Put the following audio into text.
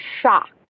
shocked